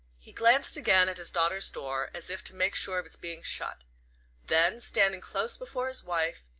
he glanced again at his daughter's door, as if to make sure of its being shut then, standing close before his wife,